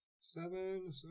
seven